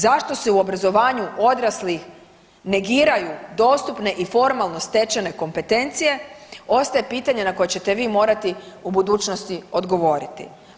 Zašto se u obrazovanju odraslih negiraju dostupne i formalno stečene kompetencije ostaje pitanje na koje ćete vi morati u budućnosti odgovoriti.